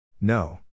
No